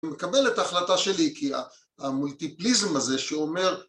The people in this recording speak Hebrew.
מקבל את ההחלטה שלי כי המולטיפליזם הזה שאומר